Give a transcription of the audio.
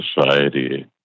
society